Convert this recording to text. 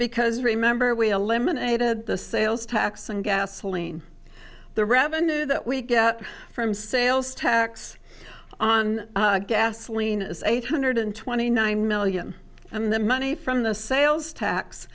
because remember we eliminated the sales tax on gasoline the revenue that we get from sales tax on gasoline is eight hundred twenty nine million and the money from the sales tax